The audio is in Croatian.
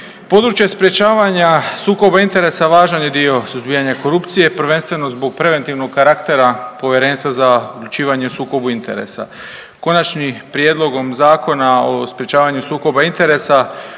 Područje sprječavanja sukoba interesa važan je dio suzbijanja korupcije, prvenstveno zbog preventivnog karaktera Povjerenstva za odlučivanje o sukobu interesa. Konačnim prijedlogom Zakona o sprječavanju sukoba interesa